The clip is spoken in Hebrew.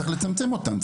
צריך לצמצם אותם,